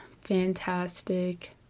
fantastic